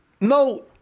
no